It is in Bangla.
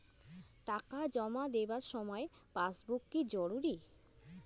টাকা জমা দেবার সময় পাসবুক কি জরুরি?